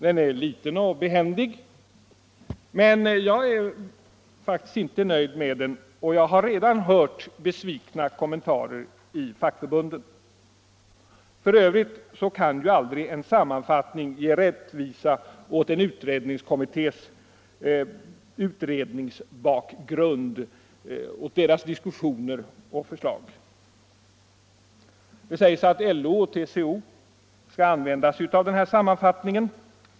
Den är liten och behändig, men jag är inte nöjd med den. Och jag har redan hört besvikna kommentarer i fackförbunden. F. ö. kan aldrig en sammanfattning ge rättvisa åt en kommittés utredningsbakgrund, diskussioner och förslag. Det sägs att LO och TCO skall använda sig av denna sammanfattning.